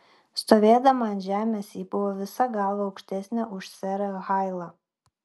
stovėdama ant žemės ji buvo visa galva aukštesnė už serą hailą